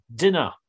Dinner